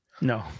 No